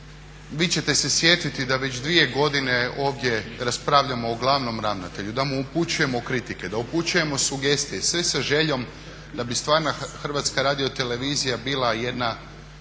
vi ćete se sjetiti da već dvije godine ovdje raspravljamo o glavom ravnatelju, da mu upućujemo kritike, da upućujemo sugestije, sve sa željom da bi stvarna HRT bila jedna